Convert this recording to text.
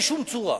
בשום צורה,